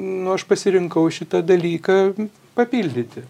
nu aš pasirinkau šitą dalyką papildyti